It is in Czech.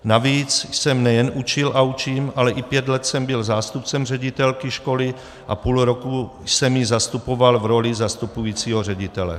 Navíc jsem nejen učil a učím, ale i pět let jsem byl zástupcem ředitelky školy a půl roku jsem ji zastupoval v roli zastupujícího ředitele.